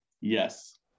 Yes